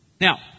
Now